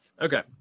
Okay